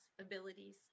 abilities